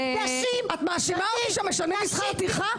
נשים --- את מאשימה אותי שמשלמים לי שכר טרחה?